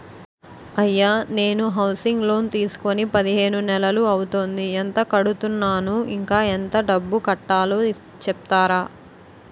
అయ్యా నేను housing loan తీసుకొని పదిహేను నెలలు అవుతోందిఎంత కడుతున్నాను, ఇంకా ఎంత డబ్బు కట్టలో చెప్తారా?